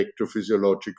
electrophysiological